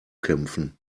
kämpfen